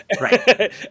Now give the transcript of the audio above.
Right